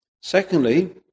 Secondly